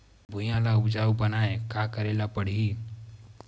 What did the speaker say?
भुइयां ल उपजाऊ बनाये का करे ल पड़ही?